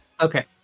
Okay